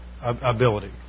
Ability